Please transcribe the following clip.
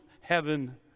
heaven